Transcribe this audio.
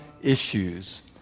issues